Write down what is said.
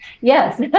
yes